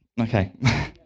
Okay